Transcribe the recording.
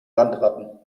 landratten